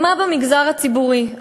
ומה במגזר הציבורי?